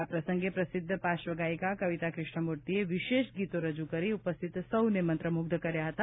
આ પ્રસંગે પ્રસિદ્ધ પાશ્વગાયિકા કવિતા કૃષ્ણમૂર્તિએ વિશેષ ગીતો રજૂ કરી ઉપસ્થિત સૌને મંત્રમુગ્ધ કર્યા હતા